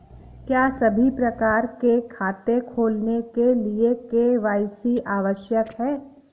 क्या सभी प्रकार के खाते खोलने के लिए के.वाई.सी आवश्यक है?